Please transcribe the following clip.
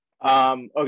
Okay